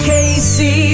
Casey